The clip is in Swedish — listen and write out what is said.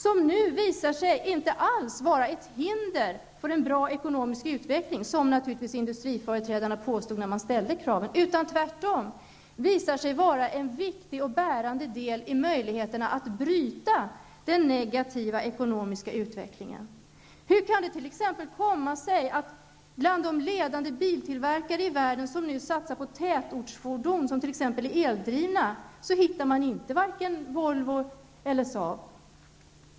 Den visar sig inte alls vara ett hinder för en bra ekonomisk utveckling, som industriföreträdarna naturligtvis påstod när man ställde kraven, utan tvärtom visar sig vara en viktig och bärande del när det gäller möjligheten att bryta den negativa ekonomiska utvecklingen. Hur kan det t.ex. komma sig att bland de ledande biltillverkarna i världen som satsar på tätortsfördom som t.ex. är eldrivna, hittar man varken Volvo eller SAAB.